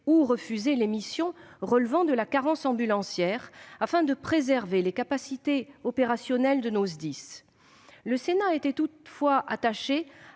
de refuser les missions relevant de la carence ambulancière afin de préserver les capacités opérationnelles des SDIS. Le Sénat était toutefois attaché